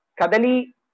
Kadali